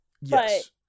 Yes